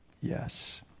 yes